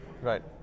Right